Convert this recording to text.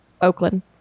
Oakland